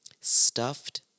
stuffed